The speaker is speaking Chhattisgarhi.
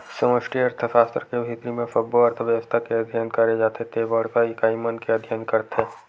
समस्टि अर्थसास्त्र के भीतरी म सब्बो अर्थबेवस्था के अध्ययन करे जाथे ते बड़का इकाई मन के अध्ययन करथे